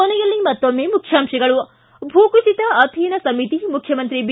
ಕೊನೆಯಲ್ಲಿ ಮತ್ತೊಮ್ಮೆ ಮುಖ್ಯಾಂಶಗಳು ಿ ಭೂಕುಸಿತ ಅಧ್ಯಯನ ಸಮಿತಿ ಮುಖ್ಯಮಂತ್ರಿ ಬಿ